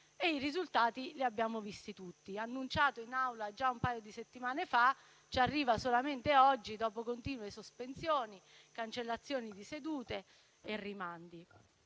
e i risultati li abbiamo visti tutti: annunciato in Aula già un paio di settimane fa, ci arriva solamente oggi dopo continue sospensioni, cancellazioni di sedute e rimandi.